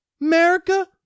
America